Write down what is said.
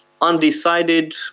undecided